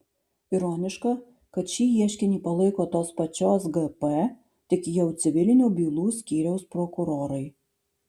ironiška kad šį ieškinį palaiko tos pačios gp tik jau civilinių bylų skyriaus prokurorai